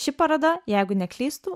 ši paroda jeigu neklystu